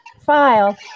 file